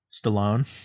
Stallone